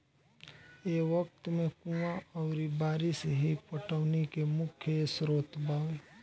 ए वक्त में कुंवा अउरी बारिस ही पटौनी के मुख्य स्रोत बावे